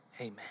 Amen